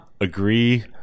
agree